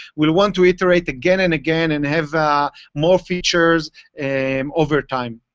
we'll want to iterate again and again and have more features and over time.